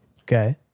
Okay